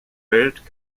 welt